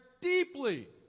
deeply